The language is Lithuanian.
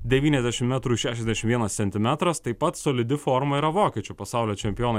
devyniasdešim metrų šešiasdešim vienas centimetras taip pat solidi forma yra vokiečių pasaulio čempiono